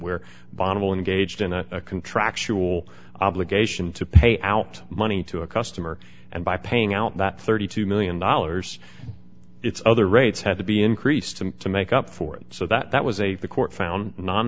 a contractual obligation to pay out money to a customer and by paying out that thirty two million dollars it's other rates had to be increased to make up for it so that was a the court found non